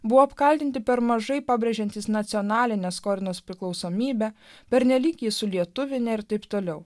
buvo apkaltinti per mažai pabrėžiantys nacionalinės kortos priklausomybę pernelyg jį sulietuvinę ir t t